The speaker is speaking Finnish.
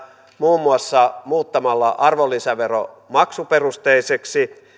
muun muassa muuttamalla arvonlisävero maksuperusteiseksi